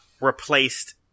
replaced